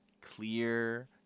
clear